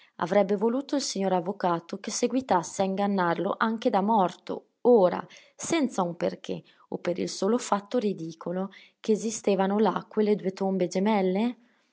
avrebbe voluto il signor avvocato che seguitasse a ingannarlo anche da morto ora senza un perché o per il solo fatto ridicolo che esistevano là quelle due tombe gemelle